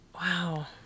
Wow